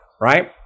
right